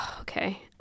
okay